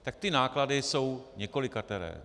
Tak ty náklady jsou několikateré.